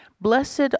blessed